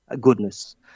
goodness